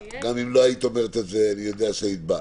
גם אם לא היית אומרת את זה אני יודע שהיית באה.